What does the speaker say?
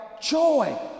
joy